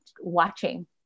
watching